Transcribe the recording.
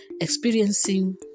experiencing